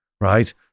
right